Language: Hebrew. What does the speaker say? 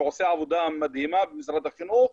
שעושה עבודה מדהימה במשרד החינוך,